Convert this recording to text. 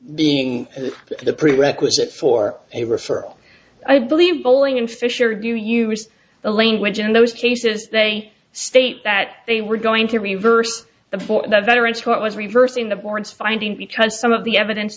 being the prerequisite for a referral i believe pulling in fish or you use the language in those cases they state that they were going to reverse before the veterans what was reversing the board's finding because some of the evidence